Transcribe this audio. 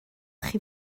chi